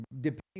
depending